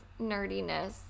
nerdiness